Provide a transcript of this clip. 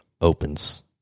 opens